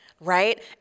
right